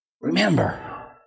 Remember